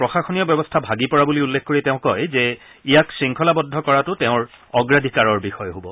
প্ৰশাসনীয় ব্যৱস্থা ভাগী পৰা বুলি উল্লেখ কৰি তেওঁ কয় যে ইয়াক শৃংখলাবদ্ধ কৰাটো তেওঁৰ অগ্লাধিকাৰৰ বিষয় হব